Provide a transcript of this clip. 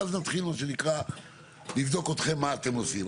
ואז נתחיל לבדוק אתכם מה אתם עושים.